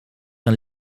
een